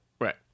Right